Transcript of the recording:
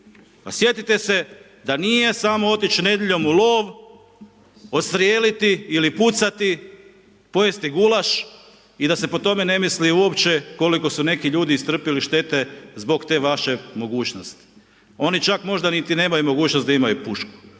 pa sjetite se da nije samo otići nedjeljom u lov, odstrijeliti ili pucati, pojesti gulaš i da se po tome ne misli uopće koliko su neki ljudi istrpili štete zbog te vaše mogućnosti. Oni čak možda niti nemaju mogućnosti da imaju pušku.